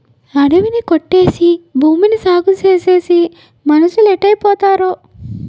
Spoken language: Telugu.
అడివి ని కొట్టేసి భూమిని సాగుచేసేసి మనుసులేటైపోతారో